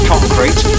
concrete